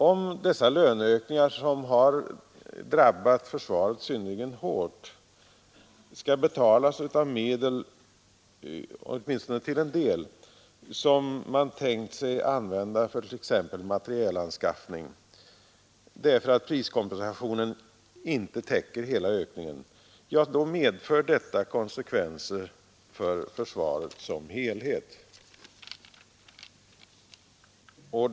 Om dessa löneökningar som drabbar försvaret synnerligen hårt skall betalas av medel, åtminstone till en del, som man tänkt använda för t.ex. materielanskaffning eftersom priskompensationen inte täcker hela ökningen, medför detta konsekvenser för försvaret som helhet.